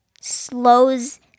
slows